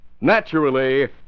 Naturally